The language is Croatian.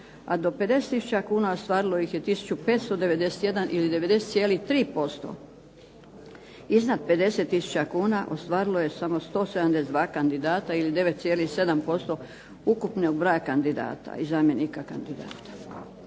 a do 50000 kuna ostvarilo ih je 1591 ili 90,3%. Iznad 50000 kuna ostvarilo je samo 172 kandidata ili 9,7% ukupnog broja kandidata i zamjenika kandidata.